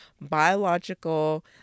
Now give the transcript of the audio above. biological